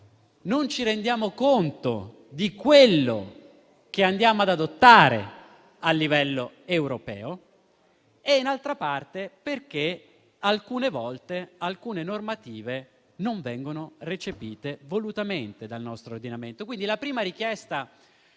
non ci rendiamo conto di quello che andiamo ad adottare a livello europeo e altre volte perché alcune normative non vengono recepite volutamente dal nostro ordinamento. Quindi, la prima richiesta